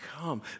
come